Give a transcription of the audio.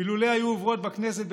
אילולא היו עוברות בכנסת,